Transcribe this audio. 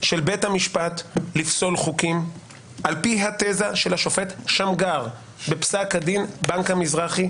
של בית המשפט לפסול חוקים על פי התזה של השופט שמגר פסק דין בנק המזרחי,